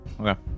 Okay